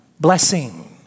Blessing